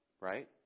right